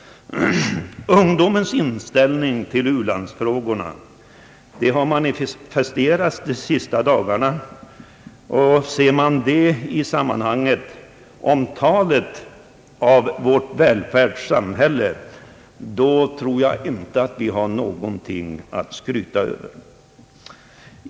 Ungdomens inställning till u-landsfrågorna har manifesterats de senaste dagarna. Ser man detta i samband med talet om vårt välfärdssamhälle tror jag inte att vi har någonting att skryta över.